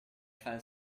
felt